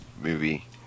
movie